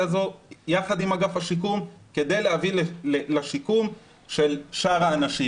הזו יחד עם אגף השיקום כדי להביא לשיקום של שאר האנשים.